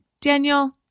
Daniel